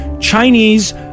Chinese